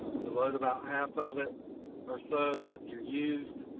so load about half of it or so with your used